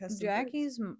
jackie's